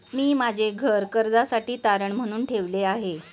मी माझे घर कर्जासाठी तारण म्हणून ठेवले आहे